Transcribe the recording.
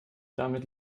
damit